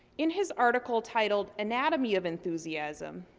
in his article titled anatomy of enthusiasm,